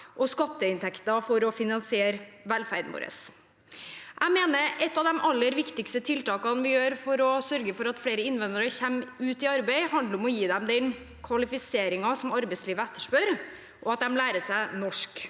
og skatteinntekter for å finansiere velferden vår. Jeg mener et av de aller viktigste tiltakene vi gjør for å sørge for at flere innvandrere kommer ut i arbeid, handler om å gi dem den kvalifiseringen som arbeidslivet etterspør, og at de lærer seg norsk.